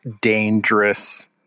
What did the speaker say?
dangerous